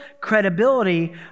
credibility